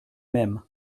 même